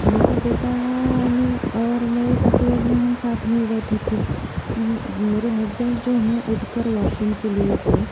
मेरा बेटा ने और मेरे पति और मैं हम साथ में ही बैठे थे मेरे हसबैंड जो हैं उठ कर वॉशरूम के लिए गए